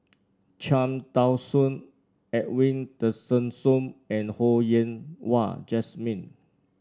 Cham Tao Soon Edwin Tessensohn and Ho Yen Wah Jesmine